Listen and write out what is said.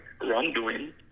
wrongdoing